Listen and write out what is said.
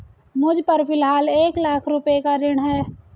मुझपर फ़िलहाल एक लाख रुपये का ऋण है